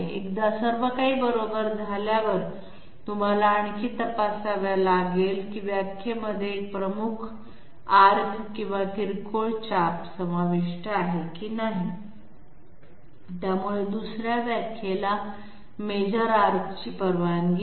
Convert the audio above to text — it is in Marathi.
एकदा सर्व काही बरोबर झाल्यावर तुम्हाला आणखी तपासावे लागेल की व्याख्येमध्ये एक प्रमुख आर्क किंवा किरकोळ चाप समाविष्ट आहे की नाही त्यामुळे दुसऱ्या व्याख्येला मेजर आर्कची परवानगी नाही